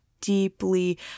deeply